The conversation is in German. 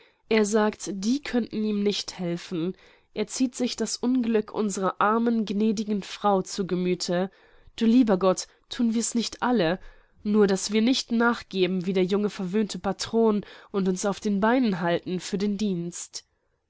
er sagt die könnten ihm nicht helfen er zieht sich das unglück unserer armen gnädigen frau zu gemüthe du lieber gott thun wir's nicht alle nur daß wir nicht nachgeben wie der junge verwöhnte patron und uns auf den beinen halten für den dienst